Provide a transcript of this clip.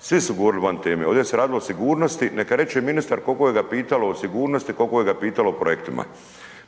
svi su govorili van teme. Ovdje se radi o sigurnosti. Neka reče ministar koliko ga je pitalo o sigurnosti, koliko ga je pitalo o projektima,